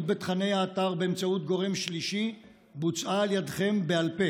בתוכני האתר באמצעות גורם שלישי בוצעה על ידיכם בעל פה,